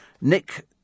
Nick